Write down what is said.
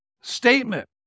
statement